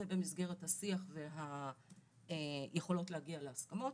זה במסגרת השיח והיכולות להגיע להסכמות,